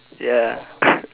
ya